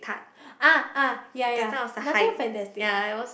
ah ah ya ya nothing fantastic lah